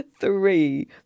Three